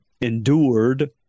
endured